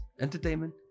entertainment